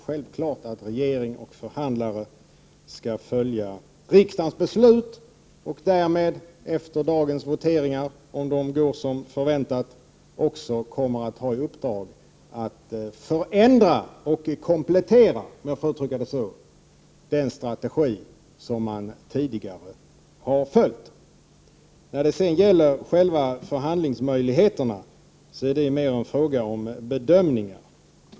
Självfallet skall regering och förhandlare följa riksdagens beslut. Därmed kommer de efter dagens votering, om den går som förväntat, också att ha i uppdrag att förändra och komplettera, om jag får uttrycka mig på det sättet, den strategi som tidigare har följts. När det sedan gäller själva förhandlingsmöjligheterna är det mer en fråga om bedömningar.